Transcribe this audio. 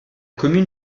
commune